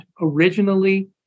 originally